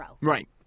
Right